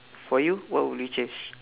for you what would you change